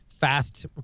fast